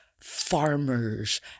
farmers